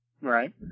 Right